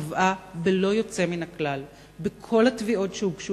קבעה בלא יוצא מן הכלל בכל התביעות שהוגשו